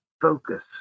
focus